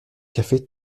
café